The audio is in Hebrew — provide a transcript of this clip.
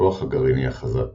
הכוח הגרעיני החזק